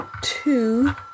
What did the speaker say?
two